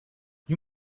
you